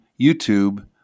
YouTube